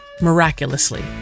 miraculously